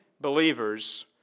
believers